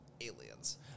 aliens